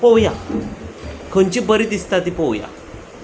पळोवया खंयची बरी दिसता ती पळोवया